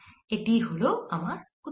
এটিই আমাদের উত্তর